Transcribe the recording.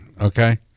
Okay